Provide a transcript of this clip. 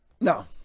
no